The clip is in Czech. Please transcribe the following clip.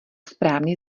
správný